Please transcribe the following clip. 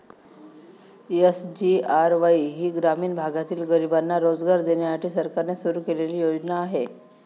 SGRY ही ग्रामीण भागातील गरिबांना रोजगार देण्यासाठी सरकारने सुरू केलेली योजना आहे